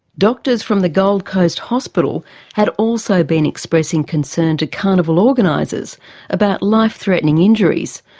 doctors from the gold coast hospital had also been expressing concern to carnival organisers about life-threatening injuries,